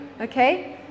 okay